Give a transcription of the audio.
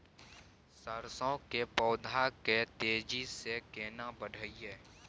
सरसो के पौधा के तेजी से केना बढईये?